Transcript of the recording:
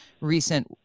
recent